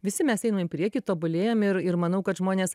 visi mes einam į priekį tobulėjam ir ir manau kad žmonės